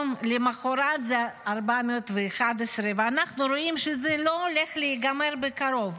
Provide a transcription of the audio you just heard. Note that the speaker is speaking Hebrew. למוחרת זה יהיה 411. אנחנו רואים שזה לא הולך להיגמר בקרוב.